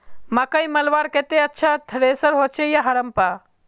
मकई मलवार केते अच्छा थरेसर होचे या हरम्बा?